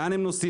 לאן הם נוסעים,